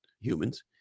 humans